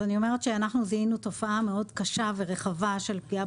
אז אני אומרת שאנחנו זיהינו תופעה מאוד קשה ורחבה של פגיעה